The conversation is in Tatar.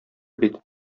бит